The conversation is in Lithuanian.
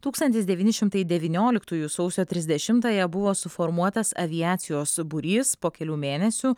tūkstantis devyni šimtai devynioliktųjų sausio trisdešimąją buvo suformuotas aviacijos būrys po kelių mėnesių